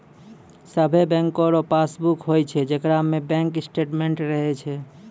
सभे बैंको रो पासबुक होय छै जेकरा में बैंक स्टेटमेंट्स रहै छै